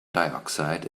dioxide